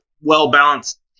well-balanced